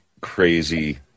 crazy